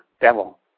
devil